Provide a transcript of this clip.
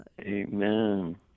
Amen